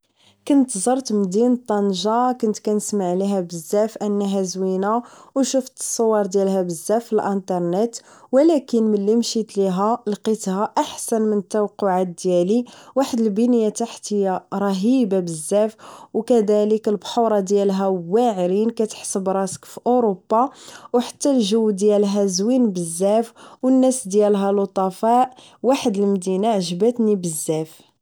كنت زرت مدينة طنجة كنت كنسمع عليها بزاف انها زوينة وشفت الصور ديالها بزاف فالانترنيت و لكن ملي مشيت ليها لقيتها احسن من التوقعات ديالي واحد البنية تحتية رهيبة بزاف و كذالك البحورا ديالها واعرين كتحس براسك فاروبا و حتى الجو دالها زوين بزاف و الناس ديابها لطفاء واحد المدينة عجباتني بزاف